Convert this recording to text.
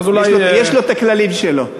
יש לו הכללים שלו.